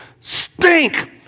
stink